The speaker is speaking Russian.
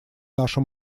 нашу